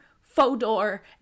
Fodor